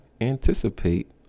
anticipate